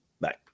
Bye